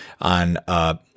on